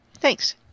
Thanks